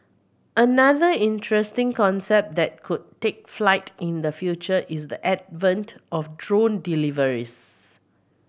another interesting concept that could take flight in the future is the advent of drone deliveries